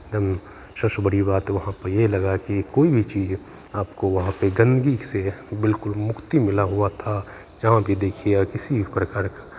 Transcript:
एकदम सबसे बड़ी बात वहाँ पे ये लगा की कोई भी चीज़ आपको वहाँ पे गन्दगी से बिलकुल मुक्ति मिला हुआ था जहाँ भी देखिए किसी प्रकार का